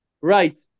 Right